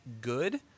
good